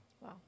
Wow